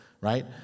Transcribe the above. right